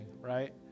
right